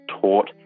taught